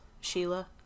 Sheila